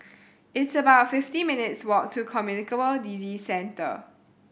it's about fifty minutes walk to Communicable Disease Centre